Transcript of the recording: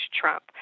Trump